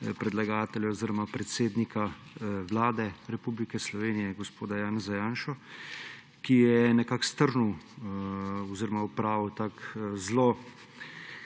predlagatelja oziroma predsednika Vlade Republike Slovenije gospoda Janeza Janše, ki je strnil oziroma opravil zelo